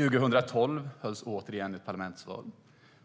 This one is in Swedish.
År 2012 hölls återigen ett parlamentsval,